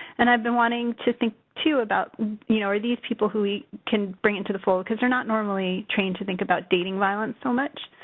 and i've been wanting to think too about, you know, are these people who we can bring into the fold because they're not normally trained to think about dating violence so much.